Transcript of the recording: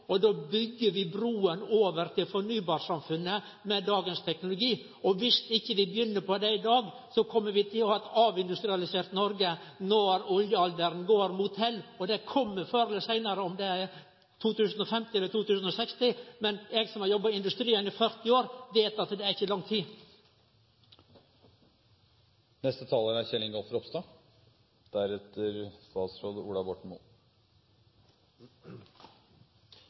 vi brua over til fornybarsamfunnet med dagens teknologi. Dersom vi ikkje begynner på det i dag, kjem vi til å ha eit avindustrialisert Noreg når oljealderen går mot hell. Det kjem før eller seinare – om det er i 2050 eller 2060. Men eg som har jobba i industrien i 40 år, veit at det ikkje er lang tid.